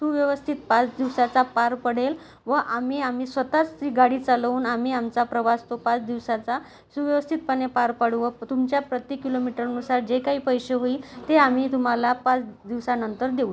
सुव्यवस्थित पाच दिवसाचा पार पडेल व आम्ही आम्ही स्वत च ती गाडी चालवून आम्ही आमचा प्रवास तो पाच दिवसाचा सुव्यवस्थितपणे पार पाडू व तुमच्या प्रत्येक किलोमीटरनुसार जे काही पैसे होईल ते आम्ही तुम्हाला पाच दिवसांनंतर देऊत